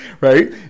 right